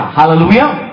Hallelujah